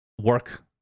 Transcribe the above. work